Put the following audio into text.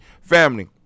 family